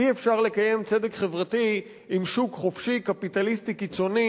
אי-אפשר לקיים צדק חברתי עם שוק חופשי קפיטליסטי קיצוני,